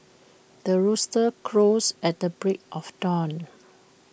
the rooster crows at the break of dawn